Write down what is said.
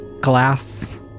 glass